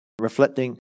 reflecting